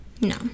No